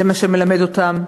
זה מה שזה מלמד אותם.